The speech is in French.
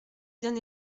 bien